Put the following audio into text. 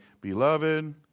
Beloved